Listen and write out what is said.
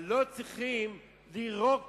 אבל לא צריכים לירוק